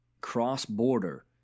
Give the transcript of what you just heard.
cross-border